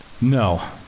No